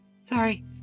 Sorry